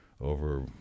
over